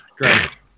great